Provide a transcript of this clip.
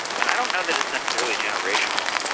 and i don't know that it's necessarily generational.